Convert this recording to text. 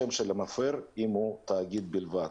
שם המפר אם הוא תאגיד בלבד.